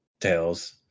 tales